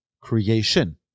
creation